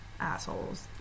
assholes